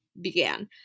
began